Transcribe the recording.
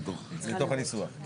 לתוך הניסוח.